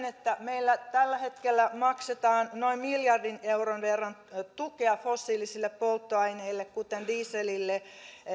että meillä tällä hetkellä maksetaan noin miljardin euron verran tukea fossiilisille polttoaineille kuten dieselille